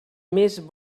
més